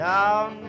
Down